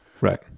Right